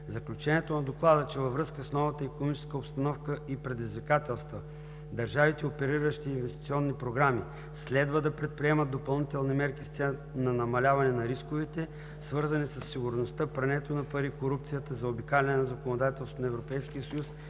Заключението на Доклада, че във връзка с новата икономическа обстановка и предизвикателства държавите, опериращи инвестиционни програми, следва да предприемат допълнителни мерки с цел на намаляване на рисковете, свързани със сигурността, прането на пари, корупцията, заобикаляне на законодателството на Европейския съюз